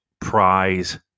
prize